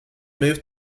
moved